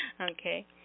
Okay